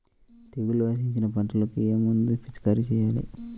తెగుళ్లు ఆశించిన పంటలకు ఏ మందు పిచికారీ చేయాలి?